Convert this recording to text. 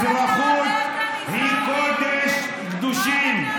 אזרחות היא קודש הקודשים.